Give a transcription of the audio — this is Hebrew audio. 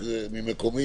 כאמור.